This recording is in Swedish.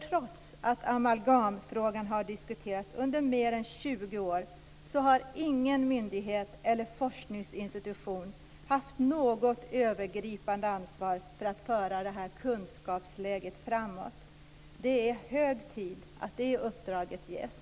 Trots att amalgamfrågan diskuterats i mer än 20 år har ingen myndighet eller forskningsinstitution haft något övergripande ansvar för att så att säga föra kunskapläget framåt. Det är hög tid att det uppdraget ges.